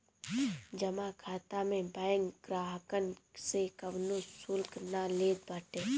जमा खाता में बैंक ग्राहकन से कवनो शुल्क ना लेत बाटे